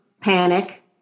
panic